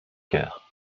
cœur